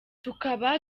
tukaba